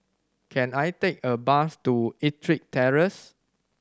can I take a bus to Ettrick Terrace